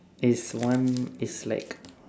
this one it's like